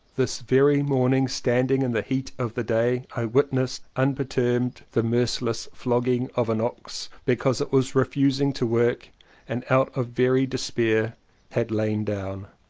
this very morning standing in the heat of the day i witnessed unperturbed the merciless flogging of an ox because it was refusing to work and out of very despair had lain down.